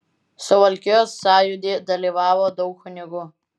suvalkijos sąjūdy dalyvavo daug kunigų